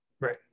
Right